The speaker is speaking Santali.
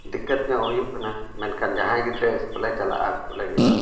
ᱫᱤᱠᱠᱟᱹᱛ ᱧᱚᱜ ᱦᱩᱭᱩᱜ ᱠᱟᱱᱟ ᱢᱮᱱᱠᱷᱟᱱ ᱡᱟᱦᱟᱸᱭ ᱜᱤᱫᱽᱨᱟᱹ ᱼᱮ ᱪᱟᱞᱟᱜᱼᱟ ᱩᱱᱠᱩ ᱞᱟᱹᱜᱤᱫ ᱫᱚ